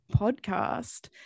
Podcast